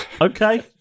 Okay